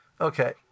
Okay